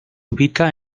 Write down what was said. ubica